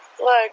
Look